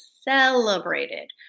celebrated